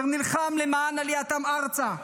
הוא נלחם למען עלייתם ארצה,